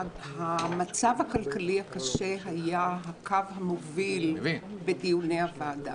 המצב הכלכלי הקשה היה הקו המוביל בדיוני הוועדה.